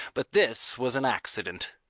but this was an accident.